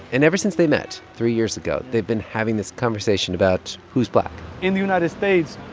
and ever since they met three years ago, they've been having this conversation about who's black in the united states,